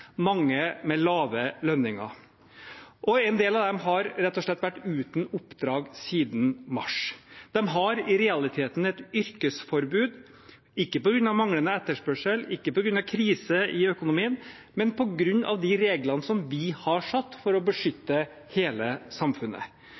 mange med lave lønninger. En del av dem har rett og slett vært uten oppdrag siden mars. De har i realiteten et yrkesforbud – ikke på grunn av manglende etterspørsel, ikke på grunn av krise i økonomien, men på grunn av de reglene vi har satt for å